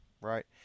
right